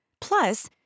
Plus